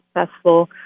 successful